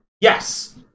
Yes